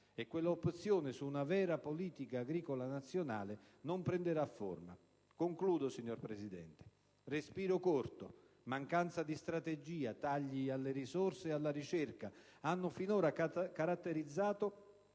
e quella opzione su una vera politica agricola nazionale non prenderà forma. Respiro corto, mancanza di strategia, tagli alle risorse e alla ricerca hanno finora caratterizzato